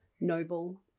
noble